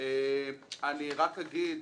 אני רק אגיד